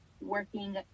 working